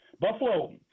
Buffalo